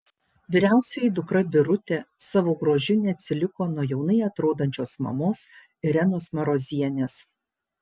vyriausioji dukra birutė savo grožiu neatsiliko nuo jaunai atrodančios mamos irenos marozienės